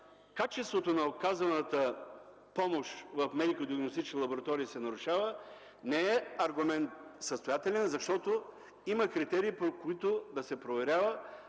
качеството на оказваната помощ в медико-диагностичните лаборатории се нарушава, не е състоятелен аргумент, защото има критерии, по които да се проверява